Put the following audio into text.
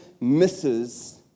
misses